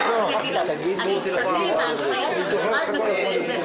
ננעלה בשעה 12:10.